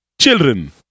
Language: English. children